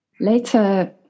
Later